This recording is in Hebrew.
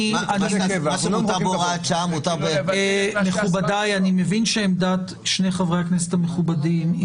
אני מבין שעמדת שני חברי הכנסת המכובדים היא